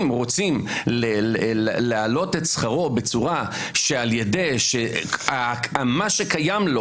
אם רוצים להעלות את שכרו שמה שקיים לו